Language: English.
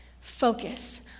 Focus